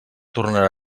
tornarà